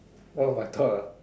what are my thought ah